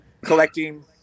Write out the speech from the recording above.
collecting